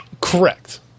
Correct